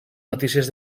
notícies